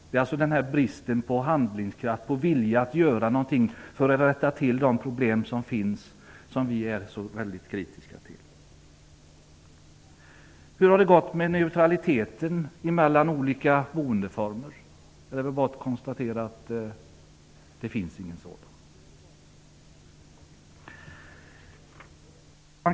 Det är alltså bristen på handlingskraft och vilja att göra någonting för att rätta till de problem som finns som vi är så väldigt kritiska till. Hur har det gått med neutraliteten mellan olika boendeformer? Det är bara att konstatera att det inte finns någon sådan.